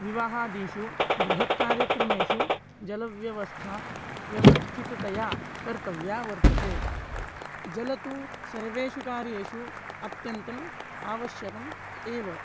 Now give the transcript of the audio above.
विवाहादिषु बृहत्कार्यक्रमेषु जलव्यवस्था व्यवस्थितया कर्तव्या वर्तते जलं तु सर्वेषु कार्येषु अत्यन्तम् आवश्यकम् एव